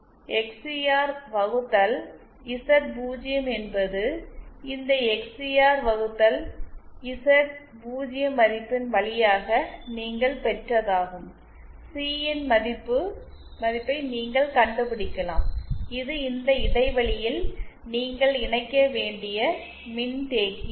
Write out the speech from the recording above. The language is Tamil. எக்ஸ்சிஆர் வகுத்தல் இசட் 0 என்பது இந்த எக்ஸ்சிஆர் வகுத்தல் இசட் மதிப்பின் வழியாக நீங்கள் பெற்றதாகும் C இன் மதிப்பை நீங்கள் கண்டுபிடிக்கலாம் இது இந்த இடைவெளியில் நீங்கள் இணைக்க வேண்டிய மின்தேக்கி ஆகும்